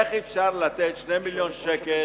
איך אפשר לתת 2 מיליוני שקלים